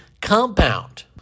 COMPOUND